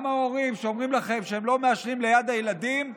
גם ההורים שאומרים לכם שהם לא מעשנים ליד הילדים,